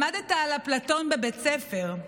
למדת על אפלטון בבית הספר.